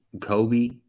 Kobe